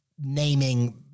naming